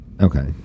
Okay